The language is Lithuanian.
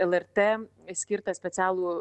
lrt skirtą specialų